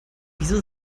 wieso